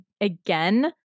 again